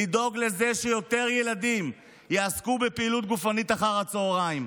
לדאוג לזה שיותר ילדים יעסקו בפעילות גופנית אחר הצוהריים.